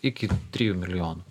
iki trijų milijonų